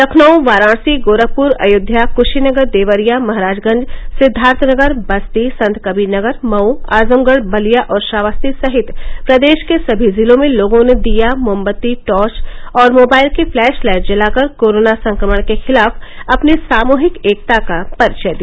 लखनऊ वाराणसी गोरखपुर अयोध्या कृशीनगर देवरिया महराजगंज सिद्वार्थनगर बस्ती संतकबीरनगर मऊ आजमगढ बलिया और श्रावस्ती सहित प्रदेश के सभी जिलों में लोगों ने दीया मोमबत्ती टॉर्च और मोबाइल की फ्लैश लाइट जलाकर कोरोना संक्रमण के खिलाफ अपनी सामूहिक एकता का परिचय दिया